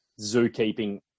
zookeeping